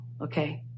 okay